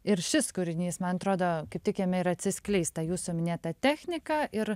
ir šis kūrinys man atrodo kaip tik jame ir atsiskleis ta jūsų minėta technika ir